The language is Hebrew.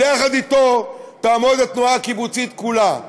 אבל יחד אתו תעמוד התנועה הקיבוצית כולה.